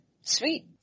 Sweet